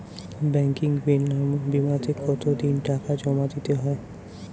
Banking বিমাতে কত দিন টাকা জমা দিতে হয়?